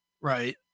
Right